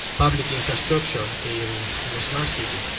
public infrastructure in in a smart city,